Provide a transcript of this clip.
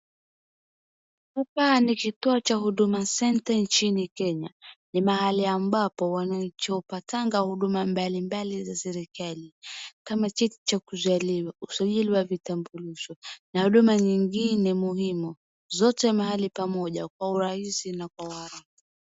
Hapa ni kituo cha huduma Center nchini Kenya ni mahali ambapo wanachu hupatanga huduma mbalimbali za serikali kama cheti cha kuzaliwa, usajili wa vutambulisho na huduma nyingine muhimu. Zote mahali pamoja kwa urahisi na kwa uharaka.